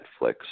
Netflix